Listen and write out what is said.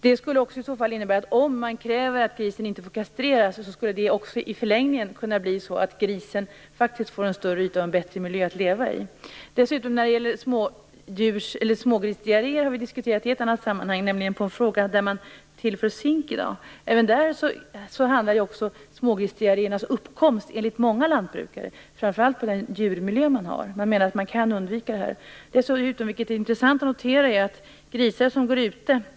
Det skulle kunna innebära att om man kräver att grisen inte får kastreras skulle grisen i förlängningen kunna få en större yta och en bättre miljö att leva i. Smågrisdiarréer har vi diskuterat i ett helt annat sammanhang, nämligen i samband med en fråga om man tillför zink. Smågrisdiarréernas uppkomst hänger enligt många lantbrukare framför allt samman med den djurmiljö man har. De menar att man kan undvika denna åkomma. Intressant att notera är dessutom utegrisarnas tillstånd.